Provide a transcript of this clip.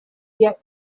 yet